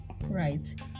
right